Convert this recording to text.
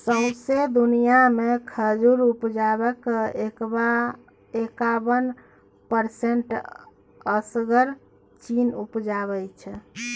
सौंसे दुनियाँ मे खरबुज उपजाक एकाबन परसेंट असगर चीन उपजाबै छै